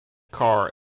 carr